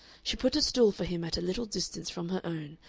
she put a stool for him at a little distance from her own,